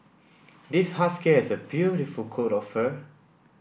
this husky has a beautiful coat of fur